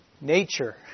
nature